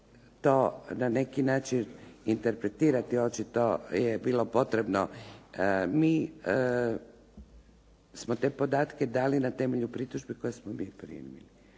to na neki način interpretirati, očito je bilo potrebno. Mi smo te podatke dali na temelju pritužbi koje smo mi primili.